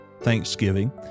Thanksgiving